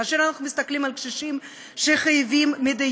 כאשר אנחנו מסתכלים על קשישים שחייבים מדי